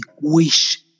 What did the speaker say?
wish